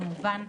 כמובן,